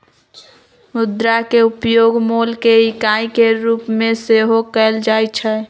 मुद्रा के उपयोग मोल के इकाई के रूप में सेहो कएल जाइ छै